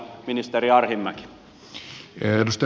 herra puhemies